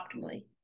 optimally